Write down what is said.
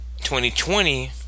2020